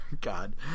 god